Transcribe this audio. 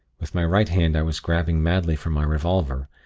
with my right hand i was grabbing madly for my revolver,